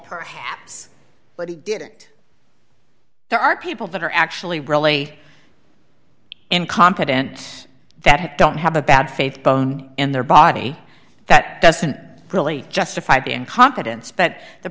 perhaps but he did it there are people that are actually really incompetent that don't have a bad faith bone in their body that doesn't really justify being confidence but the